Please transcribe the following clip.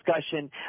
discussion